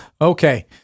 Okay